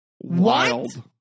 Wild